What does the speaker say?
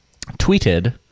tweeted